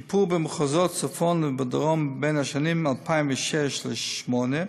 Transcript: שיפור במחוזות צפון ודרום בין השנים 2006 ו-2008,